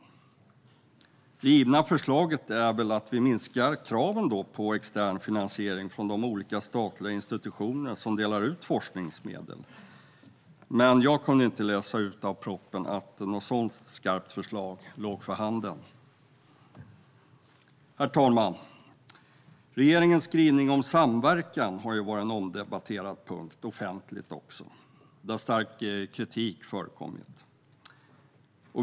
Det givna förslaget är väl att minska kraven på extern finansiering från olika statliga institutioner som delar ut forskningsmedel. Men jag kan inte läsa i propositionen att något sådant skarpt förslag ligger för handen. Herr talman! Regeringens skrivning om samverkan har varit en omdebatterad punkt, även offentligt. Det har förekommit stark kritik.